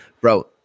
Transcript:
Bro